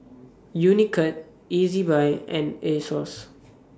Unicurd Ezbuy and Asos